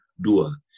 Dua